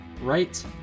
right